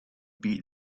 beat